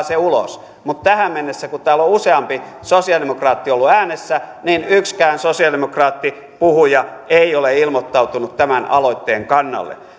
se ulos mutta tähän mennessä kun täällä on useampi sosiaalidemokraatti ollut äänessä yksikään sosiaalidemokraattipuhuja ei ole ilmoittautunut tämän aloitteen kannalle